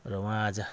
र उहाँ आज